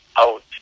out